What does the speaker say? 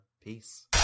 peace